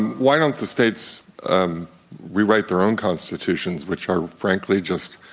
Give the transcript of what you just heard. why don't the states um rewrite their own constitutions which are frankly just